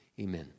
amen